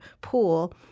pool